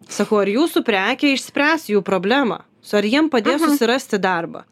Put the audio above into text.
sakau ar jūsų prekė išspręs jų problemą su ar jiem padės susirasti darbą